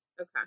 Okay